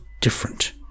different